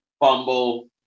Fumble